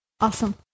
Awesome